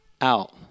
out